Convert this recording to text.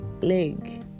leg